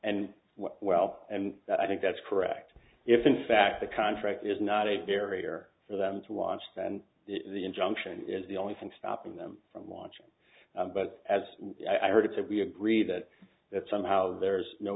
and well and i think that's correct if in fact the contract is not a barrier for them to launch then the injunction is the only thing stopping them from launching but as i heard it said we agree that that somehow there's no